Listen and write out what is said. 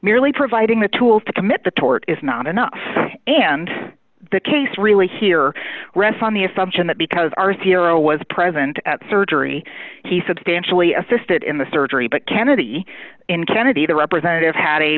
merely providing the tools to commit the tort is not enough and the case really here rests on the assumption that because our theo was present at surgery he substantially assisted in the surgery but kennedy in kennedy the representative had a